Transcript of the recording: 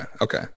okay